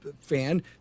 fan